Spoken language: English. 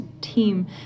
team